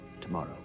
tomorrow